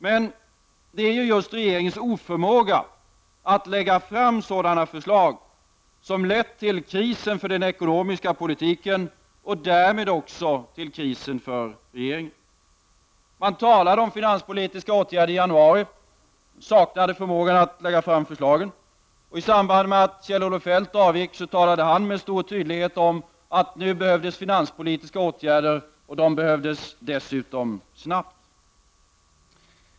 Men det är ju just regeringens oförmåga att lägga fram sådana förslag som lett till krisen för den ekonomiska politiken och därmed också till krisen för regeringen. Man talade om finanspolitiska åtgärder i januari men saknade förmåga att lägga fram förslag. I samband med att Kjell-Olof Feldt avgick talade han med stor tydlighet om att det nu behövdes finanspolitiska åtgärder, och de behövdes dessutom snabbt.